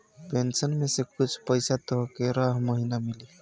pension में से कुछ पईसा तोहके रह महिना मिली